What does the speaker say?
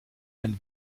ein